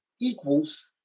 equals